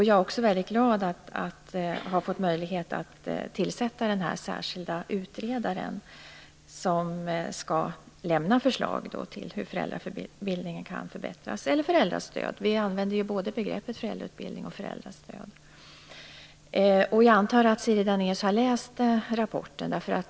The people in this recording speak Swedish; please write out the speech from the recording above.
Jag är också väldigt glad över att ha fått möjlighet att tillsätta den särskilda utredare som skall lämna förslag till förbättringar av föräldrautbildningen, eller föräldrastödet - vi använder ju båda begreppen. Jag antar att Siri Dannaeus har läst rapporten.